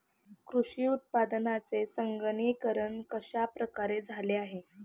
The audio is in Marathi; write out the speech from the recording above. कृषी उत्पादनांचे संगणकीकरण कश्या प्रकारे झाले आहे?